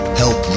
help